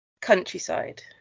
countryside